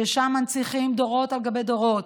ששם מנציחים דורות על גבי דורות,